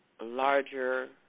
larger